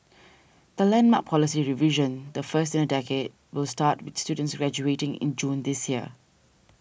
the landmark policy revision the first in a decade will start with students graduating in June this year